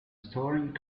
storing